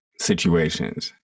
situations